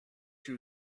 you